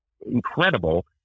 incredible